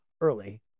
early